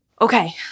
Okay